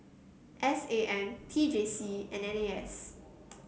S A M T J C and N A S